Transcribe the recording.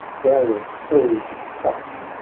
darius' herald crushed,